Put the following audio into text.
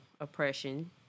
oppression